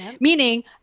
meaning